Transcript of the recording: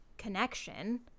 connection